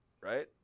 Right